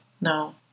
No